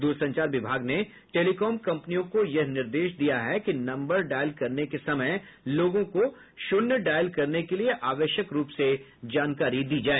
दूरसंचार विभाग ने टेलीकॉम कम्पनियों को यह निर्देश दिया है कि नम्बर डायल करने के समय लोगों को शून्य डायल करने के लिए आवश्यक रूप से जानकारी दी जाए